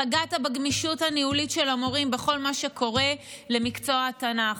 פגעת בגמישות הניהולית של המורים בכל מה שקורה למקצוע התנ"ך.